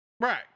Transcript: Right